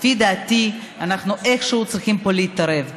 לפי דעתי, אנחנו איכשהו צריכים להתערב פה.